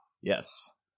Yes